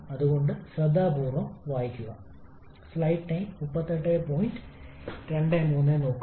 അപ്പോൾ മീഡിയത്തിന്റെ നിർദ്ദിഷ്ട വോളിയം ചെറുതായിരിക്കണം